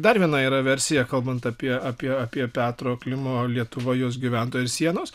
dar viena yra versija kalbant apie apie apie petro klimo lietuva jos gyventojai ir sienos